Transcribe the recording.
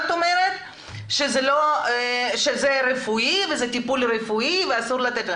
את אומרת שזה רפואי וזה טיפול רפואי ואסור לתת,